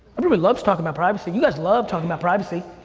everybody loves talking about privacy. you guys love talk about privacy.